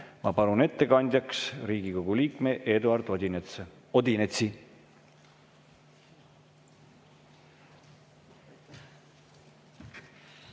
Ma palun ettekandjaks Riigikogu liikme Eduard Odinetsi. Austatud